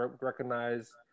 recognize